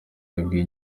yabwiye